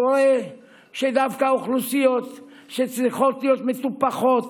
קורה שדווקא האוכלוסיות שצריכות להיות מטופחות